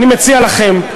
אני מציע לכם,